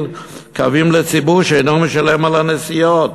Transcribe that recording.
קווים לציבור שאינו משלם על הנסיעות?